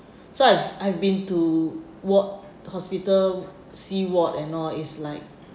so I've I've been toward hospital c ward and all it's like